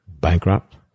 Bankrupt